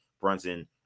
Brunson